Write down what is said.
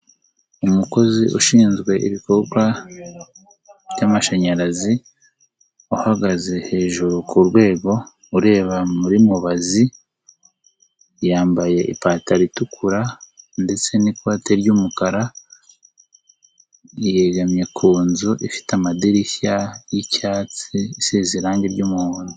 Umukozi ushinzwe ibikorwa by'amashanyarazi uhagaze hejuru ku rwego, ureba muri mubazi, yambaye ipantaro itukura ndetse n'ikote ry'umukara, yegamye ku nzu ifite amadirishya y'icyatsi isize irangi ry'umuhondo.